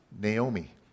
Naomi